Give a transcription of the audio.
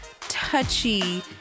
touchy